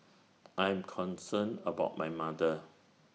I am concerned about my mother